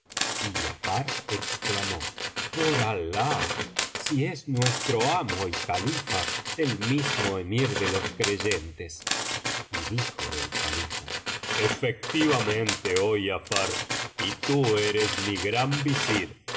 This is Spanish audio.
y giafar exclamó por alah si es nuestro amo y califa el mismo emir de los creyentes y dijo el califa efectivamente oh giafar y tú eres mi gran visir